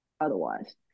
otherwise